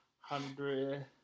hundred